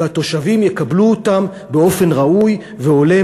והתושבים יקבלו אותם באופן ראוי והולם